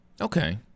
Okay